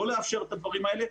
לא לאפשר את הדברים האלה.